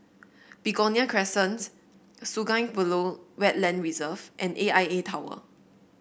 Begonia Crescent Sungei Buloh Wetland Reserve and A I A Tower